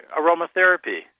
aromatherapy